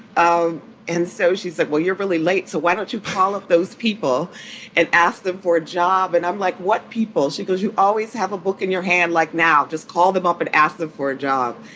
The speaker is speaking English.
um and so she's like, well, you're really late, so why don't you call up those people and ask them for a job? and i'm like, what people? she goes, you always have a book in your hand. like, now just call them up and ask them for a job.